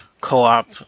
co-op